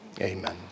amen